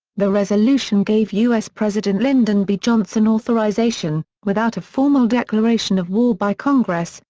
the resolution gave u s. president lyndon b. johnson authorization, without a formal declaration of war by congress,